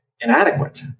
inadequate